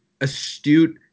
astute